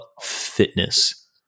fitness